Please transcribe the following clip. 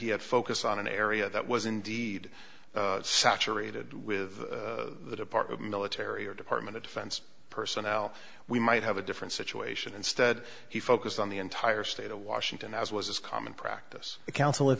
he had focus on an area that was indeed saturated with the department military or department of defense personnel we might have a different situation instead he focused on the entire state of washington as was his common practice counsel